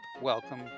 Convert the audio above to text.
welcome